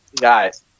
guys